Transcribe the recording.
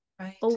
Right